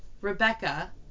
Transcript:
Rebecca